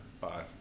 five